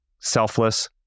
selfless